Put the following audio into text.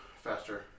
faster